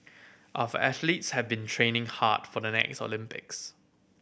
of athletes have been training hard for the next Olympics